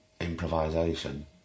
improvisation